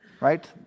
right